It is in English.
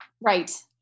Right